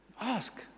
ask